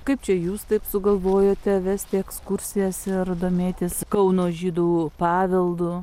kaip čia jūs taip sugalvojote vesti ekskursijas ir domėtis kauno žydų paveldu